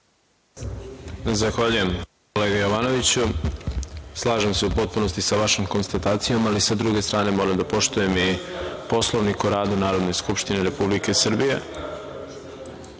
Zahvaljujem, kolega Jovanoviću. Slažem se u potpunosti sa vašom konstatacijom, ali sa druge strane moram da poštuje i Poslovnik o radu Narodne skupštine Republike Srbije. Slažem